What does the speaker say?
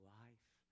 life